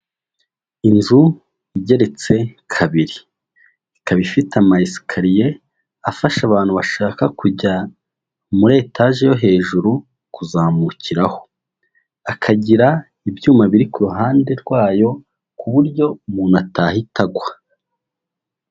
Inzu igeretse kabiri, ikaba ifite ama esikariye afasha abantu bashaka kujya muri etaje yo hejuru kuzamukiraho, akagira ibyuma biri ku ruhande rwayo ku buryo umuntu atahita agwa.